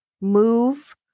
move